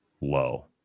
low